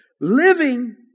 Living